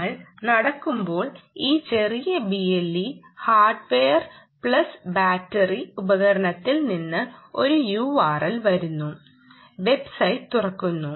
നിങ്ങൾ നടക്കുമ്പോൾ ഈ ചെറിയ BLE ഹാർഡ്വെയർ പ്ലസ് ബാറ്ററി ഉപകരണത്തിൽ നിന്ന് ഒരു URL വരുന്നു വെബ്സൈറ്റ് തുറക്കുന്നു